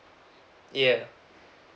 yea